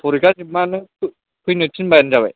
फरिखा जोबबानो फैनो थिनबानो जाबाय